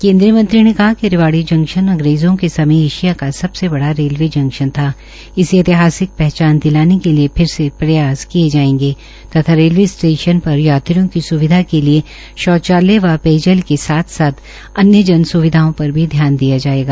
केन्द्रीय मंत्री ने कहा िक रेवाड़ी जंकशन अंग्रेजों के समय एशिया का सबसे बड़ा रेलवे जंकशन था इससे ऐतिहासिक पहचान दिलाने के फिर से प्रयास किये जायेंगे तथा रेलवे स्टेशन पर यात्रियों की स्विधा के लिए शौचालय व पेयजल के साथ साथ अन्य जन सुविधाओं पर भी ध्यान दिया जायेगा